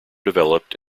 developed